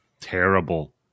Terrible